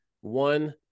one